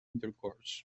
intercourse